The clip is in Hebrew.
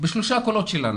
בשלושה קולות שלנו.